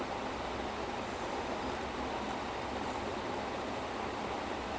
which is a very emotional scene as they finally exit the place